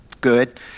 Good